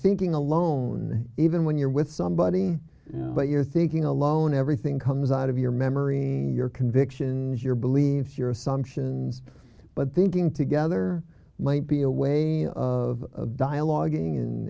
thinking alone even when you're with somebody but you're thinking alone everything comes out of your memory your convictions your beliefs your assumptions but thinking together might be a way of dialoguing